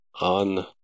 on